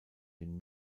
den